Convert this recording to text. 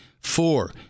Four